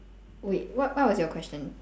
wait what what was your question